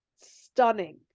stunning